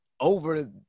over